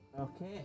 Okay